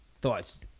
Thoughts